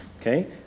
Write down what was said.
Okay